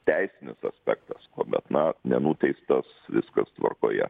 teisinis aspektas bet na nenuteistas viskas tvarkoje